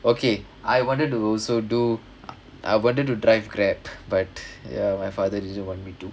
okay I wanted to also do I wanted to drive grab but ya my father didn't want me to